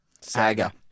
Saga